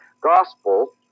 gospel